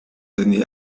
données